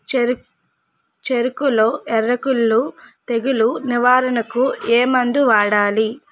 చెఱకులో ఎర్రకుళ్ళు తెగులు నివారణకు ఏ మందు వాడాలి?